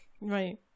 Right